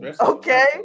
Okay